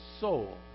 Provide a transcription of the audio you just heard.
soul